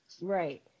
Right